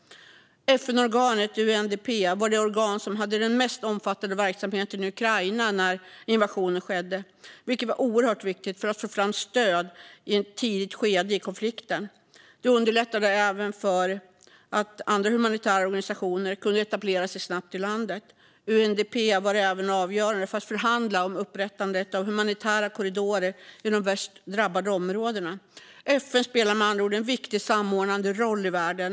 FN-organet UNDP var det organ som hade den mest omfattande verksamheten i Ukraina när invasionen skedde, vilket var oerhört viktigt för att få fram stöd i ett tidigt skede av konflikten. Det underlättade även för andra humanitära organisationer att snabbt kunna etablera sig i landet. UNDP var även avgörande när det gällde att förhandla om upprättandet av humanitära korridorer i de värst drabbade områdena. FN spelar med andra ord en viktig samordnande roll i världen.